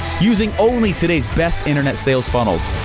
using only today's best internet sales funnels.